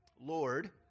Lord